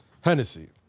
Hennessy